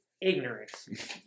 ignorance